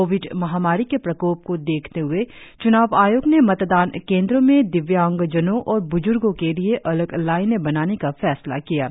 Covid महामारी के प्रकोप को देखते हए च्नाव आयोग ने मतदान केन्द्रों में दिव्यांगजनों और ब्ज्र्गों के लिए अलग लाइनें बनाने का फैसला किया है